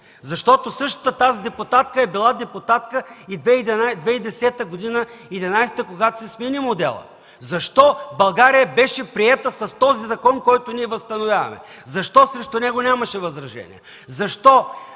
Защото същата тази депутатка е била депутатка и 2010-2011 г., когато се смени моделът. Защо България беше с този закон, който ние възстановяваме? Защо срещу него нямаше възражения? Защо